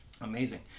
Amazing